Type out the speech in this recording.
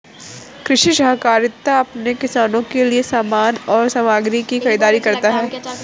कृषि सहकारिता अपने किसानों के लिए समान और सामग्री की खरीदारी करता है